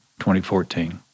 2014